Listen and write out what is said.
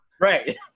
Right